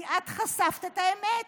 כי את חשפת את האמת.